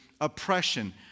oppression